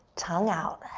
tongue out.